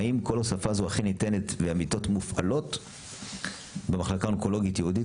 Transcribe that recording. האם כל הוספה זו אכן ניתנה והמיטות מופעלות במחלקה אונקולוגית ייעודית,